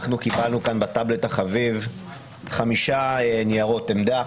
אנחנו קיבלנו כאן בטאבלט החביב חמש ניירות עמדה,